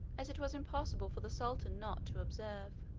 as it was impossible for the sultan not to observe.